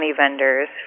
vendors